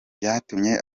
byatumye